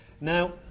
Now